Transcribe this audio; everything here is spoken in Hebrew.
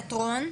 ותיאטרון?